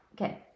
Okay